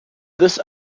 this